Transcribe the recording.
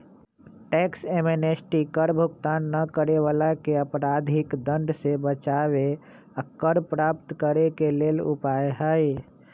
tax amnesty कर भुगतान न करे वलाके अपराधिक दंड से बचाबे कर प्राप्त करेके लेल उपाय हइ